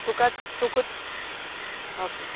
तुका तुक ओके